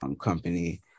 company